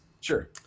Sure